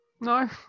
No